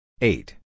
Eight